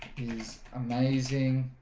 is amazing